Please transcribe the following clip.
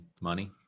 money